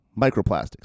microplastics